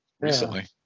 Recently